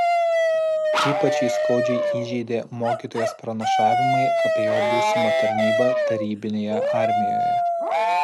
ypač jį skaudžiai įžeidė mokytojos pranašavimai apie jo būsimą tarnybą tarybinėje armijoje